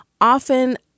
often